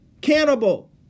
Cannibal